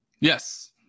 Yes